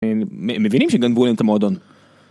מבינים שגנבו להם את המועדון?